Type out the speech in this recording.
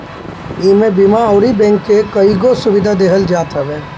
इमे बीमा अउरी बैंक के कईगो सुविधा देहल जात हवे